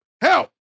Help